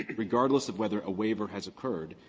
ah regardless of whether a waiver has occurred,